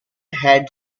had